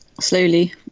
slowly